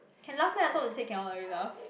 can laugh meh I thought they say cannot really laugh